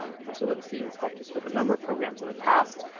um professor livesay has helped us with a number of programs in the past,